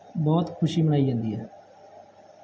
ਬਹੁਤ ਖੁਸ਼ੀ ਮਨਾਈ ਜਾਂਦੀ ਹੈ